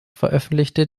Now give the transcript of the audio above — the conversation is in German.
veröffentlichte